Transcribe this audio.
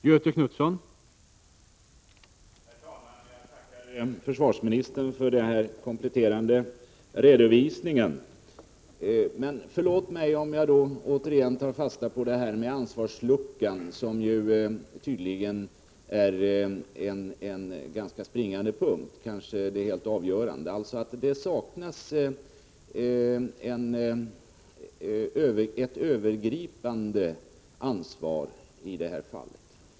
Herr talman! Jag tackar försvarsministern för den kompletterande redovisningen. Men förlåt mig om jag återigen tar fasta på detta med ansvarsluckan, som tydligen är en springande punkt, kanske det helt avgörande. Det saknas alltså ett övergripande ansvar i det här fallet.